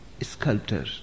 sculptor